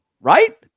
right